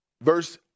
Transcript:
Verse